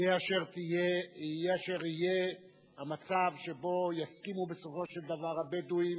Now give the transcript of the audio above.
יהיה אשר יהיה המצב שבו יסכימו בסופו של דבר הבדואים